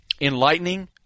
enlightening